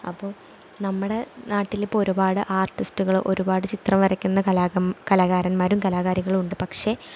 അപ്പോൾ നമ്മുടെ നാട്ടിലിപ്പം ഒരുപാട് ആർട്ടിസ്റ്റുകൾ ഒരുപാട് ചിത്രം വരക്കുന്ന കലാകൻ കലാകാരന്മാരും കലാകാരികളും ഉണ്ട് പക്ഷേ